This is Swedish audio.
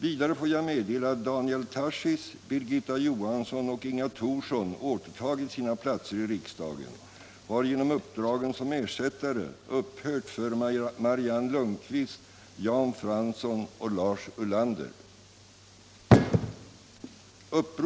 Vidare får jag meddela att Daniel Tarschys, Birgitta Johansson och Inga Thorsson återtagit sina platser i riksdagen, varigenom uppdragen som ersättare upphört för Marianne Lundqvist, Jan Fransson och Lars Ulander.